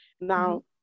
now